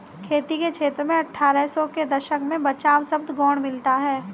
खेती के क्षेत्र में अट्ठारह सौ के दशक में बचाव शब्द गौण मिलता है